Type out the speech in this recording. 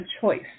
choice